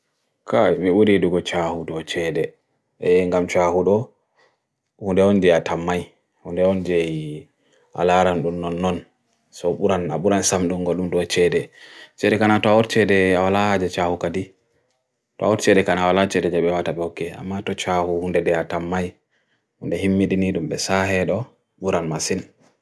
kai, mewuridugu chahu dwo chere, e ingam chahu dwo, hunde ondi atam mai, hunde ondi e alaran dun nan nan, so buran na buran samdungo dun dwo chere, chere kana toa or chere awala aje chahu kadi, toa or chere kana awala chere je be wataboke, ama toa chahu hunde de atam mai, hunde himmi din idun besahe dwo buran masin.